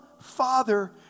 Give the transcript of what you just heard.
Father